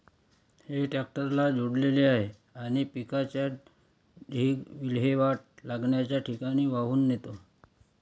हे ट्रॅक्टरला जोडलेले आहे आणि पिकाचा ढीग विल्हेवाट लावण्याच्या ठिकाणी वाहून नेतो